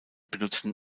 benutzen